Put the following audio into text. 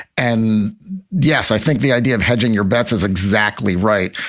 and yes, i think the idea of hedging your bets is exactly right.